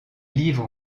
livres